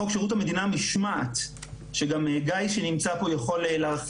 חוק שירות המדינה (משמעת) שגם גיא מאגף המשמעת שנמצא פה יכול להרחיב,